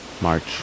March